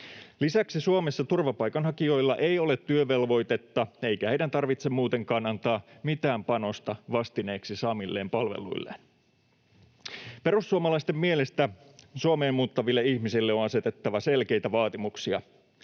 Lisäksi Suomessa turvapaikanhakijoilla ei ole työvelvoitetta, eikä heidän tarvitse muutenkaan antaa mitään panosta vastineeksi saamilleen palveluille. Perussuomalaisten mielestä Suomeen muuttaville ihmisille on asetettava selkeitä vaatimuksia.